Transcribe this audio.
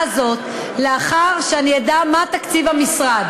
הזאת לאחר שאני אדע מה תקציב המשרד,